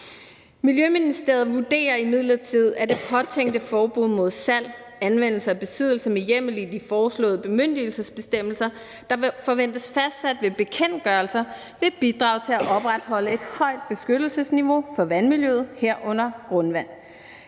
»Miljøministeriet vurderer imidlertid, at det påtænkte forbud mod salg, anvendelse og besiddelse med hjemmel i de foreslåede bemyndigelsesbestemmelser, der forventes fastsat ved bekendtgørelser, vil bidrage til at opretholde et højt beskyttelsesniveau for vandmiljøet, herunder grundvand.